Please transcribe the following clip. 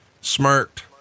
smirked